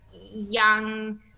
young